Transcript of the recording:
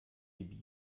die